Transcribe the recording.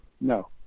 No